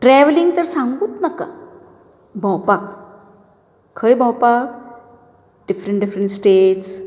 travelling तर सांगुकच नाका भोंवपाक खंय भोंवपाक डिफरंट डिफरंट स्टेट्स